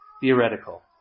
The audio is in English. theoretical